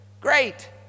great